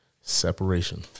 Separation